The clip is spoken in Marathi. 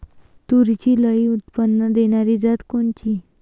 तूरीची लई उत्पन्न देणारी जात कोनची?